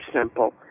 simple